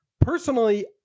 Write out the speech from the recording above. Personally